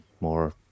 more